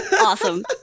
Awesome